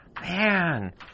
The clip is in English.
Man